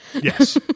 Yes